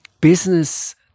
business